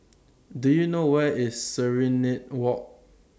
Do YOU know Where IS Serenade Walk